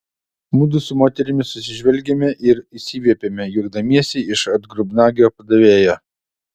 mudu su moterimi susižvelgėme ir išsiviepėme juokdamiesi iš atgrubnagio padavėjo